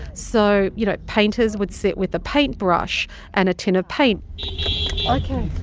so, you know, painters would sit with a paintbrush and a tin of paint ok.